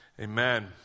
Amen